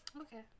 Okay